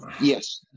Yes